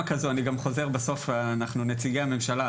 בסוף אנחנו נציגי הממשלה,